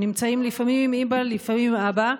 הם נמצאים לפעמים עם אימא, לפעמים עם אבא.